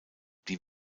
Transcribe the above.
die